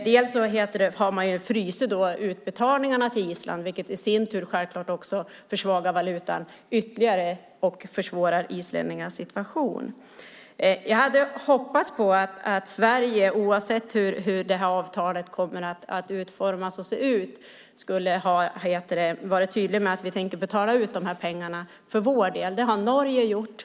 Man har fryst utbetalningarna till Island, vilket i sin tur självklart försvagar valutan ytterligare och försvårar islänningarnas situation. Jag hade hoppats på att Sverige oavsett hur avtalet kommer att utformas och se ut skulle ha varit tydligt med att vi tänker betala ut de här pengarna för vår del. Det har Norge gjort.